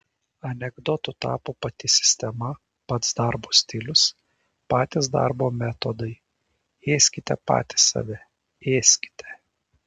anekdotu tapo pati sistema pats darbo stilius patys darbo metodai ėskite patys save ėskite